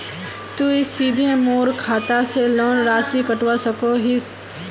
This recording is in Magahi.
तुई सीधे मोर खाता से लोन राशि कटवा सकोहो हिस?